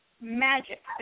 Magic